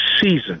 season